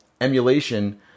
emulation